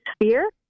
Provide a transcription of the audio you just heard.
fear